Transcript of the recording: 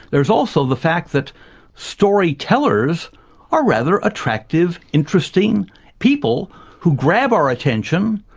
there's also the fact that storytellers are rather attractive, interesting people who grab our attention,